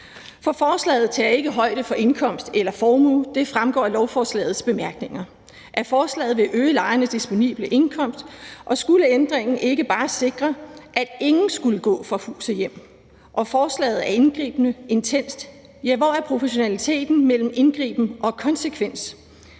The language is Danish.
Forslaget tager ikke højde for indkomst eller formue, og det fremgår af lovforslagets bemærkninger, at forslaget vil øge lejernes disponible indkomst, og skulle ændringen ikke bare sikre, at ingen skulle gå fra hus og hjem? Forslaget er indgribende og intenst, ja, hvor er proportionaliteten mellem indgriben og konsekvens?